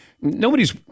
nobody's